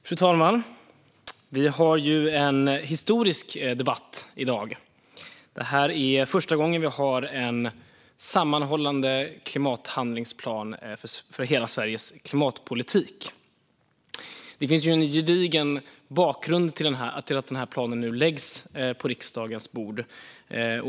Fru talman! Vi har en historisk debatt i dag. Det är första gången vi har en sammanhållen klimathandlingsplan för hela Sveriges klimatpolitik. Det finns en gedigen bakgrund till att denna plan nu läggs på riksdagens bord.